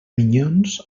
minyons